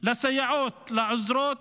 של הסייעות, של העוזרות,